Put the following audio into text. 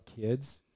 kids